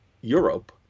Europe